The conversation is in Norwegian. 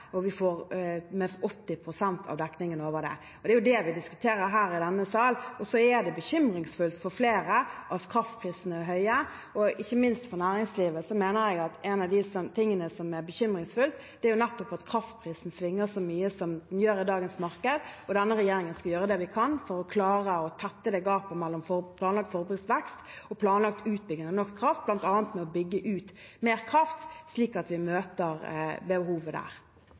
Det er jo det vi diskuterer her i denne sal. Det er bekymringsfullt for flere at kraftprisene er høye. Ikke minst for næringslivet mener jeg at en av de tingene som er bekymringsfulle, er at kraftprisen svinger så mye som den gjør i dagens marked. Denne regjeringen skal gjøre det vi kan for å klare å tette gapet mellom planlagt forbruksvekst og planlagt utbygging av norsk kraft, bl.a. ved å bygge ut mer kraft, slik at vi møter behovet der.